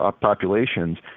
populations